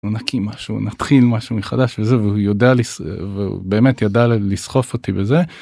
נקים משהו, נתחיל משהו מחדש וזה והוא יודע ובאמת ידע לסחוף אותי בזה.